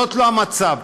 זה לא המצב.